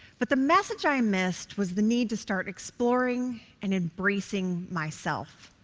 but the message i missed was the need to start exploring and embracing myself.